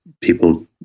people